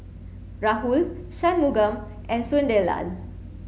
Rahul Shunmugam and Sunderlal